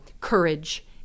courage